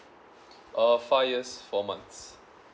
uh five years four months